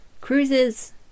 Cruises